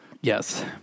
Yes